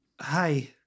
hi